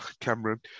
Cameron